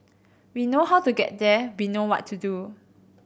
we know how to get there be know what to do